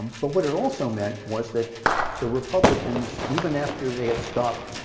but what it also meant was that the republicans, even after they had stopped